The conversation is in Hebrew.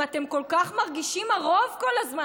אם אתם כל כך מרגישים הרוב כל הזמן,